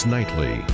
Nightly